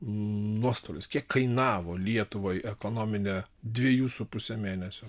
nuostolis kiek kainavo lietuvai ekonominė dviejų su puse mėnesio